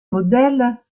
modèles